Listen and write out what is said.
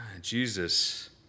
Jesus